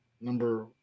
Number